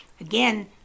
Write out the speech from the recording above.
Again